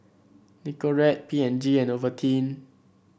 Nicorette P and G and Ovaltine